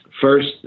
first